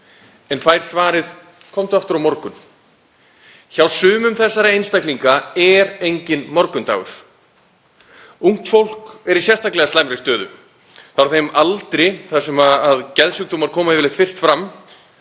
En fær svarið: Komdu aftur á morgun. Hjá sumum þessara einstaklinga er enginn morgundagur. Ungt fólk er í sérstaklega slæmri stöðu. Það er á þeim aldri þar sem geðsjúkdómar koma yfirleitt fyrst fram,